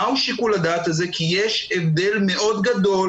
מהו שיקול הדעת הזה כי יש הבדל מאוד גדול